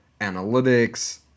analytics